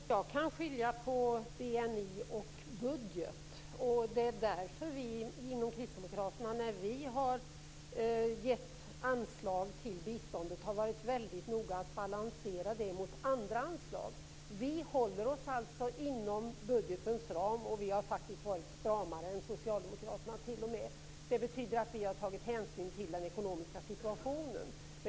Fru talman! Jo, jag kan skilja på BNI och budget. Det är därför vi inom Kristdemokraterna, när vi har föreslagit anslag till biståndet, har varit väldigt noga med att balansera det mot andra anslag. Vi håller oss alltså inom budgetens ram, och vi har faktiskt t.o.m. varit stramare än Socialdemokraterna. Det betyder att vi har tagit hänsyn till den ekonomiska situationen.